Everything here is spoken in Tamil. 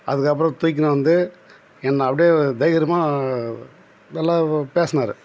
அதுக்கப்புறம் தூக்கின்னு வந்து என்னை அப்படியே தைரியமாக நல்லா பேசினாரு